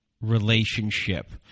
relationship